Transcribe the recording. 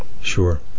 sure